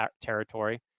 territory